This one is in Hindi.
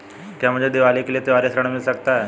क्या मुझे दीवाली के लिए त्यौहारी ऋण मिल सकता है?